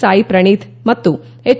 ಸಾಯಿ ಪ್ರಣೀತ್ ಮತ್ತು ಎಚ್